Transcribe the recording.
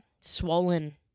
swollen